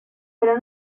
pero